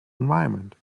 environment